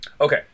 Okay